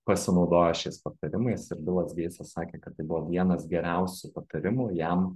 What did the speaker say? pasinaudojo šiais patarimais ir bilas geitsas sakė kad tai buvo vienas geriausių patarimų jam